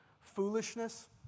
foolishness